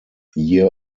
year